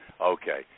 Okay